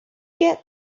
get